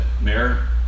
Mayor